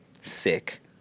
sick